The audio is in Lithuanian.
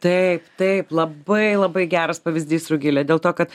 taip taip labai labai geras pavyzdys rugile dėl to kad